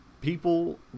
people